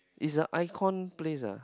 it's a icon place ah